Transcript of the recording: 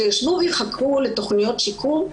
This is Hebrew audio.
יישבו ויחכו לתוכניות שיקום?